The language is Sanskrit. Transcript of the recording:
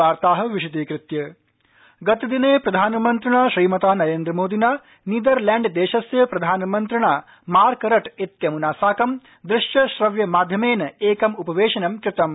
वार्ताः विशदीकृत्या प्रधानमन्त्री नीदरलैण्ड गतदिने प्रधानमन्त्रिणा श्रीमता नरेन्द्र मोदिना नीदरलैण्ड देशस्य प्रधानमन्त्रिणा मार्क रट इत्यमुना साकं दृश्य श्रव्य माध्यमेन एकम् उपवेशनं कृतम्